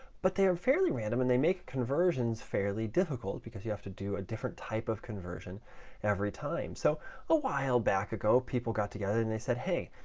but they are fairly random, and they make conversions fairly difficult because you have to do a different type of conversion every time. so a while back ago, people got together and they said, hey,